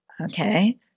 okay